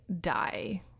die